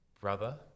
brother